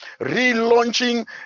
relaunching